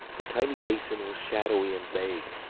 the tiny basin was shadowy and vague,